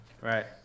Right